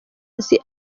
nzi